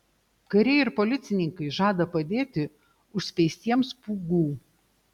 kariai ir policininkai žada padėti užspeistiems pūgų